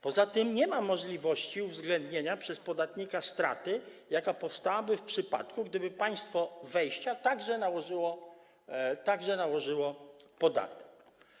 Poza tym nie ma możliwości uwzględnienia przez podatnika straty, jaka powstałaby w przypadku, gdyby państwo wejścia także nałożyło podatek.